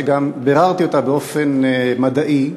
שגם ביררתי אותה באופן מדעי: